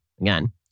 Again